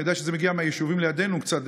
אני יודע שזה מגיע מהיישובים לידנו קצת,